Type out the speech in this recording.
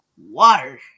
Water